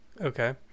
Okay